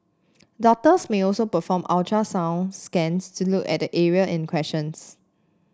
doctors may also perform ultrasound scans to look at the area in questions